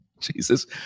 Jesus